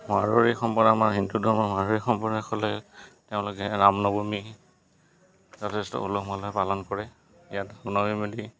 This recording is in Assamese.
মাৰোৱাৰী সম্পদ আমাৰ হিন্দু ধৰ্মৰ মৰোৱাৰী সম্পদায়সকলে তেওঁলোকে ৰাম নৱমী যথেষ্ট উলহ মালহে পালন কৰে ইয়াত